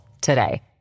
today